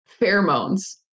pheromones